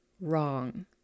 wrong